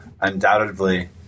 Undoubtedly